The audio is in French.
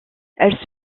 elle